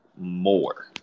more